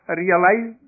realize